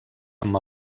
amb